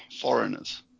foreigners